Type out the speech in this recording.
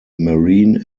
marine